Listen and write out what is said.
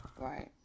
Right